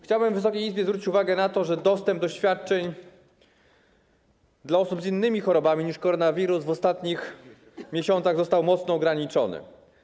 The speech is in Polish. Chciałem Wysokiej Izbie zwrócić uwagę na to, że dostęp do świadczeń dla osób z innymi chorobami niż koronawirus w ostatnich miesiącach został mocno ograniczony.